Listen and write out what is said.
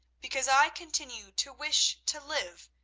because i continue to wish to live,